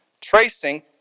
tracing